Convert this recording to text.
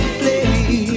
play